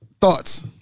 thoughts